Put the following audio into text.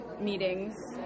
meetings